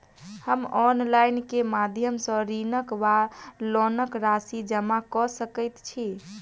हम ऑनलाइन केँ माध्यम सँ ऋणक वा लोनक राशि जमा कऽ सकैत छी?